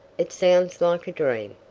it sounds like a dream.